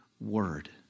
word